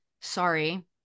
sorry